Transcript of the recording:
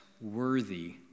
worthy